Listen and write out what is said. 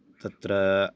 तत्र